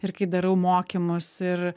ir kai darau mokymus ir